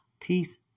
peace